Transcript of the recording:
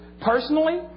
Personally